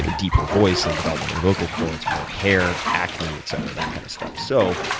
and deeper voice and the development of the vocal chords, more hair, acne, etc, that kind of stuff. so,